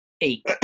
eight